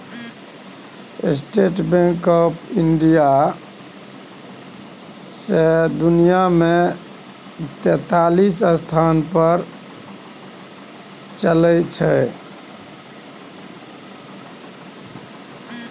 state bank of India सौंसे दुनियाँ मे तेतालीसम स्थान पर अबै छै